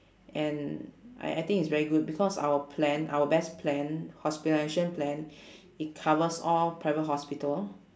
and I I think it's very good because our plan our best plan hospitalization plan it covers all private hospital